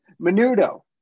Menudo